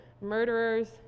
murderers